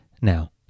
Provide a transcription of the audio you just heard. Now